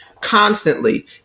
constantly